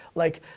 like,